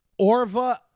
Orva